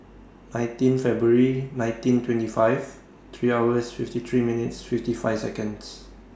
nineteen February nineteen twenty five three hours fifty three minutes fifty five Seconds